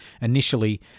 Initially